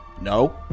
no